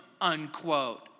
unquote